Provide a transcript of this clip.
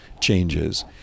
changes